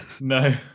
no